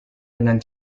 dengan